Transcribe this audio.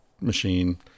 machine